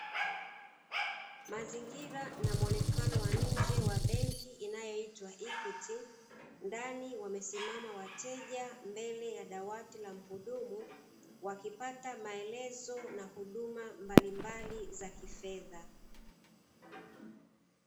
Mazingira na muonekano wa nje ya benki inayoitwa "EQUITY" ndani wamesimama wateja mbele ya dawati la muhudumu wakipata maelezo na huduma mbalimbali za kifedha.